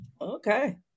okay